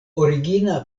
origina